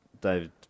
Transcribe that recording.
David